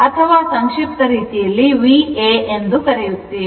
ಅಥವಾ ಸಂಕ್ಷಿಪ್ತ ರೀತಿಯಲ್ಲಿ VA ಎಂದು ಕರೆಯುತ್ತೇವೆ